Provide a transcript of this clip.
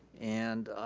and